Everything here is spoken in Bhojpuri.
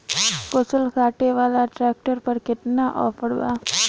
फसल काटे वाला ट्रैक्टर पर केतना ऑफर बा?